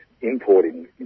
importing